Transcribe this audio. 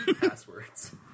Passwords